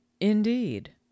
Indeed